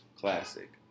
Classic